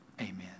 amen